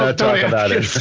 ah talk about it.